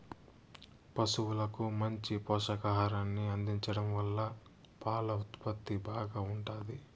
పసువులకు మంచి పోషకాహారాన్ని అందించడం వల్ల పాల ఉత్పత్తి బాగా ఉంటాది